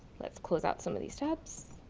let's close out some of these tabs,